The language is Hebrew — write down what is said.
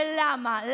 ולמה?